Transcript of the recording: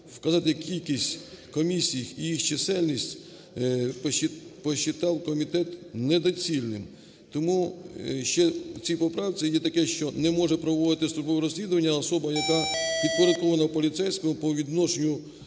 вказати кількість комісій і їх чисельність порахував комітет недоцільним. Тому ще в цій поправці є таке, що не може проводити службове розслідування особа, яка підпорядкована поліцейському, по відношенню